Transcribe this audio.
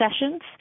sessions